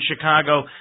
Chicago